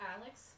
Alex